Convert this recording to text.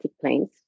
planes